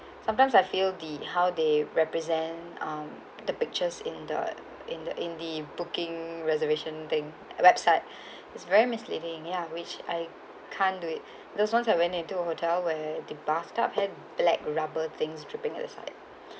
sometimes I feel the how they represent um the pictures in the in the in the booking reservation thing website is very misleading ya which I can't do it there was once I went into a hotel where the bathtub head black rubber things dripping at the side